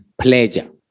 pleasure